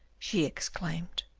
she exclaimed.